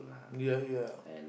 ya ya